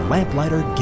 Lamplighter